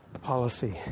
policy